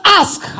ask